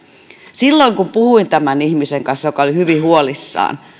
silloin kun puhuin tämän ihmisen kanssa joka oli hyvin huolissaan